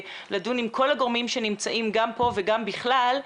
לדון עם כל הגורמים שנמצאים גם פה וגם בכלל.